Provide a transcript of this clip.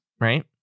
right